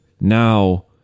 now